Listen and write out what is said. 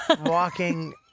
walking